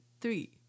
three